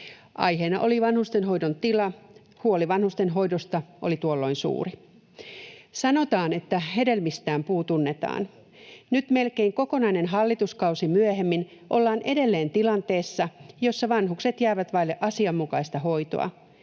Aiheena oli vanhustenhoidon tila. Huoli vanhustenhoidosta oli tuolloin suuri. Sanotaan, että hedelmistään puu tunnetaan. Nyt melkein kokonainen hallituskausi myöhemmin ollaan edelleen tilanteessa, jossa vanhukset jäävät vaille asianmukaista hoitoa.